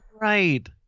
right